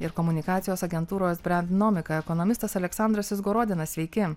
ir komunikacijos agentūros brendnomika ekonomistas aleksandras izgorodinas sveiki